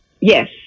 Yes